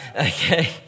okay